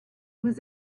was